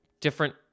Different